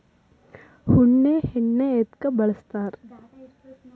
ಉಣ್ಣಿ ಎಣ್ಣಿ ಎದ್ಕ ಬಳಸ್ತಾರ್?